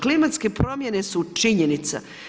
Klimatske promjene su činjenica.